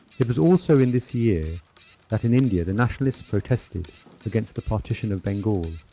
it was also in this year that in india the nationalists protested against the partition of bengal.